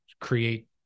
create